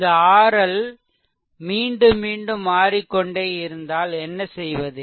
இந்த RL மீண்டும் மீண்டும் மாறிக்கொண்டே இருந்தால் என்ன செய்வது